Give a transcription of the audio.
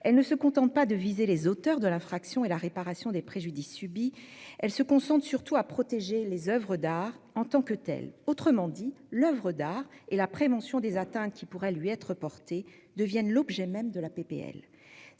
Celle-ci ne se contente pas de viser les auteurs de l'infraction et la réparation des préjudices subis, elle tend surtout à protéger les oeuvres d'art en tant que telles. Autrement dit, l'oeuvre d'art, et la prévention des atteintes qui pourraient lui être portées, devient l'objet même de la